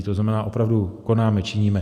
To znamená, opravdu konáme, činíme.